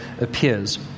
appears